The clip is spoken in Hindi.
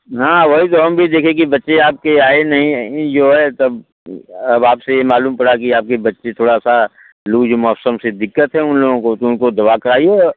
हाँ वही तो हम भी देखे कि बच्चे आपके आए नहीं जो है तब अब आपसे ये मालूम पड़ा कि आपके बच्चे थोड़ा सा लूज मौसम से दिक्कत है उन लोगों को तो उनको दवा कराइए